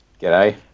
G'day